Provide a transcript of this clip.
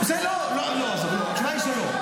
התשובה היא שלא.